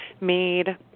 made